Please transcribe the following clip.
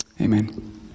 amen